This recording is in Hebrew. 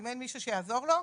אם אין מישהו שיעזור לו,